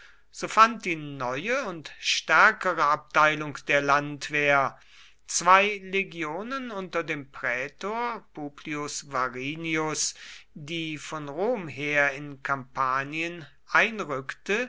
so fand die neue und stärkere abteilung der landwehr zwei legionen unter dem prätor publius varinius die von rom her in kampanien einrückte